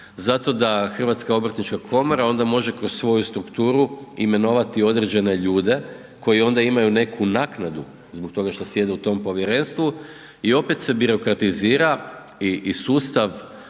to tako, zato da HGK onda može kroz svoju strukturu imenovati određene ljude koji onda imaju neku naknadu zbog toga što sjede u tom povjerenstvu i opet se birokratizira i sustav